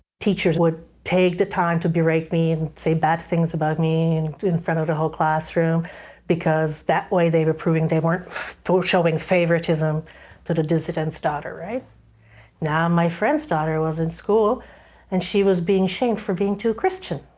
teachers would take the time to berate me and say bad things about me and in front of the whole classroom because that way they were proving they weren't for showing faritism to the dissidents daughter. right now my friend's daughter was in school and she was being shamed for being too christian.